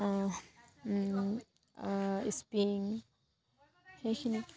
স্পিং সেইখিনি